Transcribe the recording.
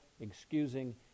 excusing